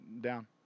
down